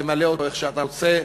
תמלא אותו איך שאתה רוצה,